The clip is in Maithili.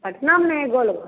पटनामे ने हइ गोलघर